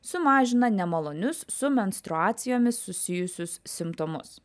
sumažina nemalonius su menstruacijomis susijusius simptomus